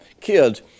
kids